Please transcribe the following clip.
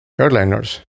airliners